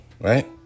right